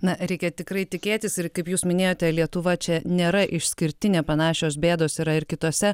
na reikia tikrai tikėtis ir kaip jūs minėjote lietuva čia nėra išskirtinė panašios bėdos yra ir kitose